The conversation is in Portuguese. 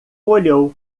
olhou